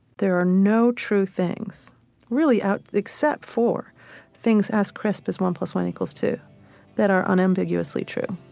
there are no true things really out except for things as crisp as one plus one equals two that are unambiguously true